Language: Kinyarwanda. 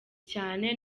cyane